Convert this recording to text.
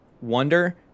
wonder